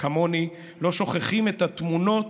כמוני, לא שוכחים את התמונות